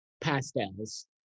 pastels